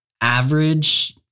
Average